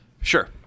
Sure